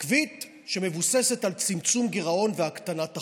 עקבית שמבוססת על צמצום גירעון והקטנת החוב,